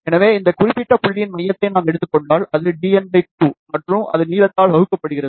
எனவே இந்த குறிப்பிட்ட புள்ளியின் மையத்தை நாம் எடுத்துக்கொண்டால் அது dn 2 மற்றும் அது நீளத்தால் வகுக்கப்படுகிறது